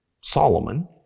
Solomon